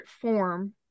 form